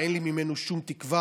התקנות.